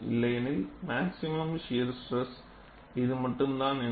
இல்லையெனில் maximum shear stress இது மட்டும் தான் என்று